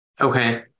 Okay